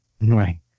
Right